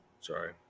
sorry